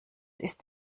ist